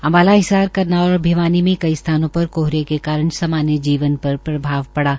अम्बाला हिसार करनाल और भिवानी में कई स्थानों पर कोहरे के कारण सामान्य जीवन पर प्रभाव पड़ा